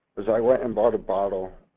was i went and bought a bottle